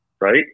right